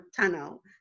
tunnel